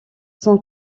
son